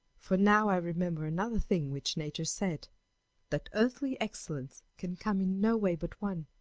for now i remember another thing which nature said that earthly excellence can come in no way but one,